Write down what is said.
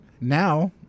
now